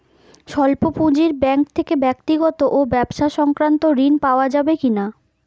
স্বল্প পুঁজির ব্যাঙ্ক থেকে ব্যক্তিগত ও ব্যবসা সংক্রান্ত ঋণ পাওয়া যাবে কিনা?